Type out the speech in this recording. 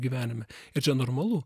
gyvenime ir čia normalu